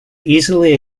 easily